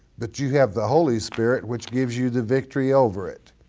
but you have the holy spirit which gives you the victory over it.